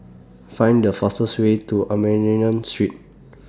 Find The fastest Way to Armenian Street